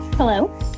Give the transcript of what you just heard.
Hello